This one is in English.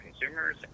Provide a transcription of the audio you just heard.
consumers